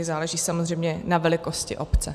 Záleží samozřejmě na velikosti obce.